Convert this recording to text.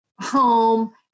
home